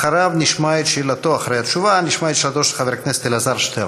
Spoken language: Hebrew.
אחרי התשובה נשמע את שאלתו של חבר הכנסת אלעזר שטרן.